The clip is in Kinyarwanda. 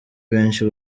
benshi